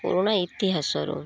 ପୁରୁଣା ଇତିହାସରୁ